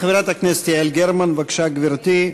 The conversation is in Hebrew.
חברת הכנסת יעל גרמן, בבקשה, גברתי.